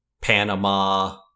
Panama